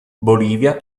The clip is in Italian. bolivia